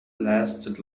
lasted